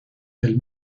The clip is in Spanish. del